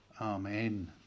Amen